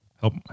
help